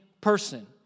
person